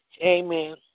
amen